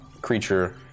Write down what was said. creature